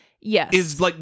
Yes